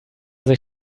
sich